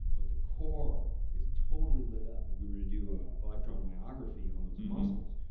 but the core is totally lit up. if we were to do electron myography on those muscles,